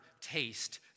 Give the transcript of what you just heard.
taste